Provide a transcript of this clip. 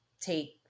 take